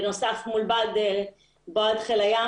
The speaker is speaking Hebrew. בנוסף מול בה"ד חיל הים,